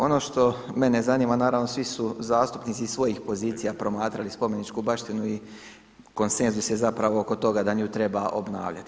Ono što mene zanima, naravno svi su zastupnici iz svojih pozicija promatrali spomeničku baštinu i konsenzus je zapravo oko toga da nju treba obnavljati.